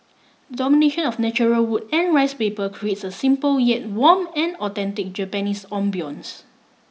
the domination of natural wood and rice paper creates a simple yet warm and authentic Japanese ambience